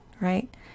right